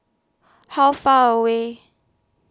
How Far away